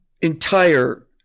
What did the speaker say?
entire